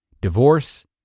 divorce